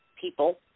people